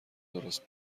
درست